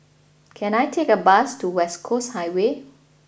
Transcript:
can I take a bus to West Coast Highway